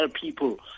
people